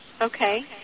Okay